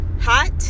hot